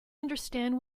understand